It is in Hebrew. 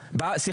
"תגידו,